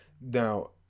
now